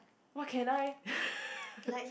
what can I